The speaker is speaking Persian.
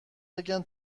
بگن